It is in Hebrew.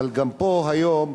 אבל גם פה היום,